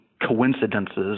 coincidences